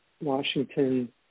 Washington